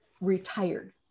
retired